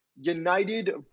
United